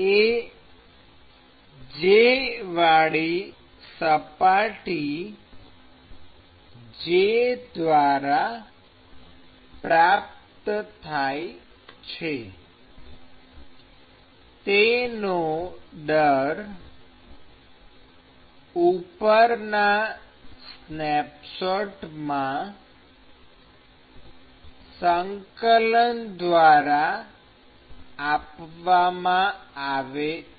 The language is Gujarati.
Aj વાળી સપાટી j દ્વારા પ્રાપ્ત થાય છે તેનો દર ઉપરના સ્નેપશોટમાં સંકલન દ્વારા આપવામાં આવે છે